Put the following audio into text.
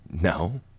No